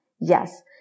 Yes